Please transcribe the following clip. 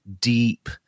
deep